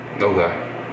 Okay